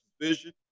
vision